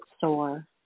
sore